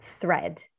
thread